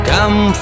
Come